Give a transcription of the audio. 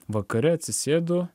vakare atsisėdu